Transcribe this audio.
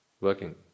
working